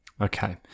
Okay